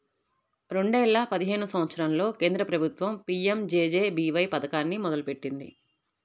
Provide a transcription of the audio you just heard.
రెండేల పదిహేను సంవత్సరంలో కేంద్ర ప్రభుత్వం పీ.యం.జే.జే.బీ.వై పథకాన్ని మొదలుపెట్టింది